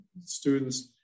students